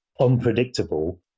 unpredictable